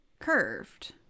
curved